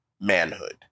manhood